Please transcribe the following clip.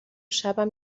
شبم